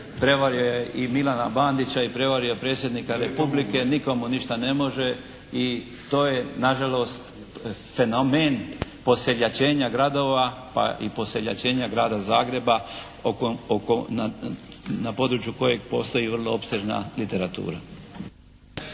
prevario je i Milana Bandića i prevario Predsjednika Republike. Nitko mu ništa ne može i to je na žalost fenomen poseljačenja gradova pa i poseljačenja Grada Zagreba na području kojeg postoji vrlo opsežna literatura.